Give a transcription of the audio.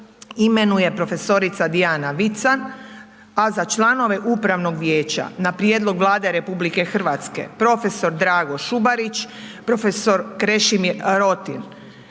imenuje profesorica Dijana Vican, a za članove Upravnog vijeća, na prijedlog Vlade RH, profesor Drago Šubarić, profesor Krešimir Rotim.